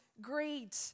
greed